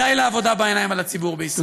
די לעבודה בעיניים על הציבור בישראל.